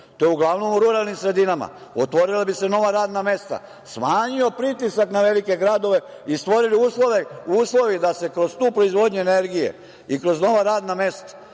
to je uglavnom u ruralnim sredinama, otvorila bi se nova radna mesta, smanjio pritisak na velike gradove i stvorili uslovi da se kroz tu proizvodnju energije i kroz nova radna mesta